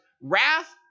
wrath